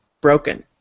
broken